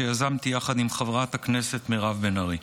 שיזמתי יחד עם חברת הכנסת מירב בן ארי.